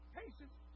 patience